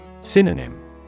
Synonym